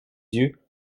yeux